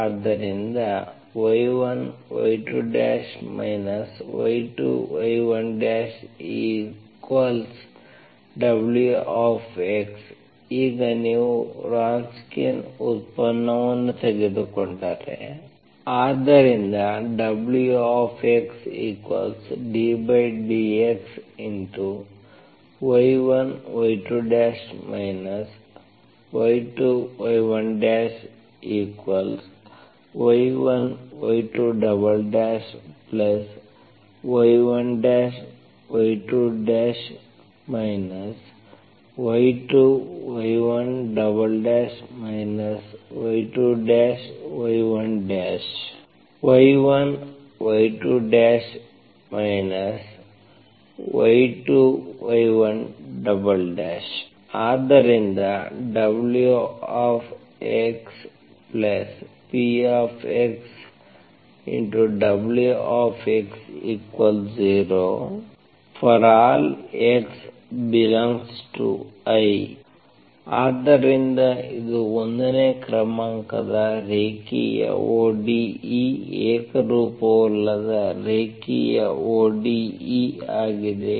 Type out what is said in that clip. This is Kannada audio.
ಆದ್ದರಿಂದ y1y2 y2y1W ಈಗ ನೀವು ವ್ರೊನ್ಸ್ಕಿಯನ್ ಉತ್ಪನ್ನವನ್ನು ತೆಗೆದುಕೊಂಡರೆ ಆದ್ದರಿಂದ Wxddxy1y2 y2y1y1y2y1y2 y2y1 y2y1 y1y2 y2y1 ∴WxpxWx0 ∀x∈I ಆದ್ದರಿಂದ ಇದು 1 ನೇ ಕ್ರಮಾಂಕದ ರೇಖೀಯ ODE ಏಕರೂಪವಲ್ಲದ ರೇಖೀಯ ODE ಆಗಿದೆ